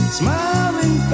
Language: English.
smiling